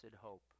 hope